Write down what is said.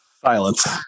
Silence